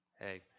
hey